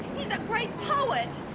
he's a great poet!